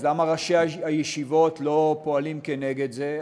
אז למה ראשי הישיבות לא פועלים כנגד זה?